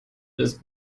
ist